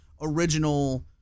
original